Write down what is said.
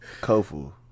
Kofu